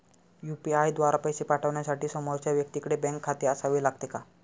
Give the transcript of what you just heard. UPI द्वारा पैसे पाठवण्यासाठी समोरच्या व्यक्तीकडे बँक खाते असावे लागते का?